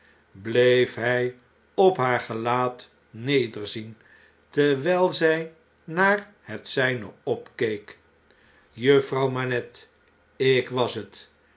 bleef hij op haar gelaat nederzien terwijl zij naar het zijne opkeek juffrouw manette ik was het